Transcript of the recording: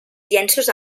llenços